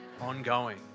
ongoing